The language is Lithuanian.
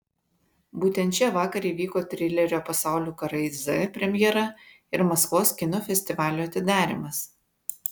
būtent čia vakar įvyko trilerio pasaulių karai z premjera ir maskvos kino festivalio atidarymas